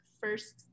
first